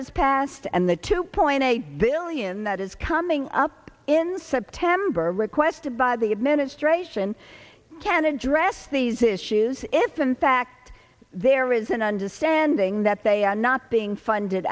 has passed and the two point eight billion that is coming up in september requested by the administration can address these issues if in fact there there is an understanding that they are not being funded